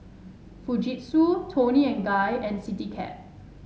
Fujitsu Toni and Guy and Citycab